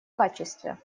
качестве